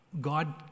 God